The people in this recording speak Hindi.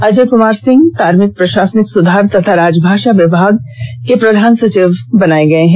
अजय कुमार सिंह कार्मिक प्रशासनिक सुधार तथा राजभाषा विभाग प्रधान सचिव बनाया गया है